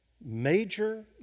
major